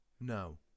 No